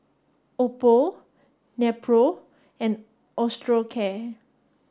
Oppo Nepro and Osteocare